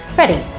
ready